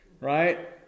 right